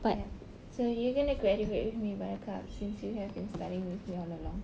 yup so you gonna graduate with me buttercup since you have been studying with me all along